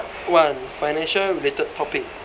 one financial related topic